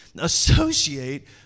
associate